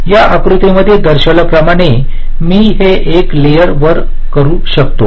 या आकृतीमध्ये दाखवल्याप्रमाणे मी हे एकाच लेयरवर करू शकते